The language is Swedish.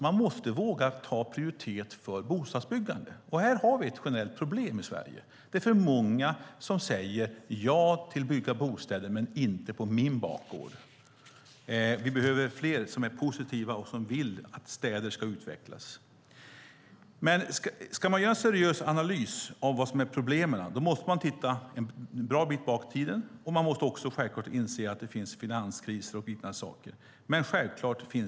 Man måste våga prioritera bostadsbyggandet. Här har vi ett generellt problem i Sverige. Det är många som säger ja, vi ska bygga bostäder - men inte på min bakgård. Vi behöver fler som är positiva och vill att städerna ska utvecklas. Ska man göra en seriös analys av problemen måste man gå en bra bit bakåt i tiden. Självklart måste man också inse att det finns finanskriser och annat som påverkar.